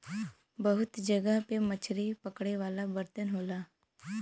बहुत जगह पे मछरी पकड़े वाला बर्तन होला